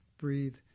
breathe